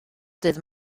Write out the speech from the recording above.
dydd